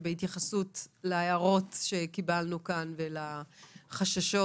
ובהתייחסות להערות שקיבלנו ולחששות